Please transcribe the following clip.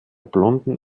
blonden